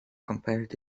compared